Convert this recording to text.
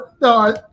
no